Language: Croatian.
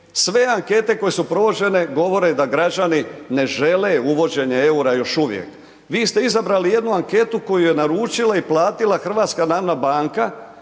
sve ankete koje su provođene govore da građani ne žele uvođenje eura još uvijek. Vi ste izabrali jednu anketu koju je naručila i platila HNB i meni